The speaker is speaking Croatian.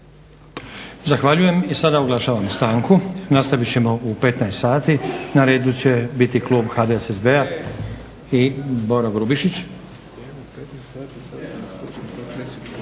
Zahvaljujem. I sada oglašavam stanku. Nastavit ćemo u 15,00 sati. Na redu će biti klub HDSSB-a i Boro Grubišić.